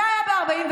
זה היה ב-1944.